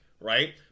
right